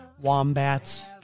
Wombats